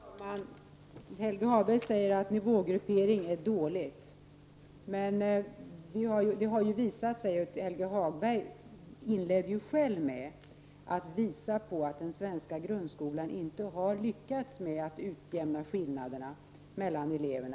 Fru talman! Helge Hagberg säger att det är dåligt med nivågruppering. Men Helge Hagberg inledde ju själv sitt anförande med att visa på att den svenska grundskolan inte har lyckats med att utjämna kunskapsskillnaderna mellan eleverna.